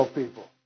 people